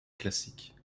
classiques